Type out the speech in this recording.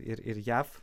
ir ir jav